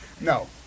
No